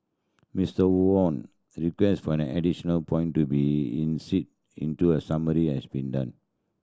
Mister Wham request for an additional point to be in seat into a summary has been done